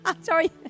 Sorry